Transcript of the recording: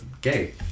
gay